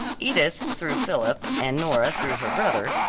edith through philip, and nora through her brother,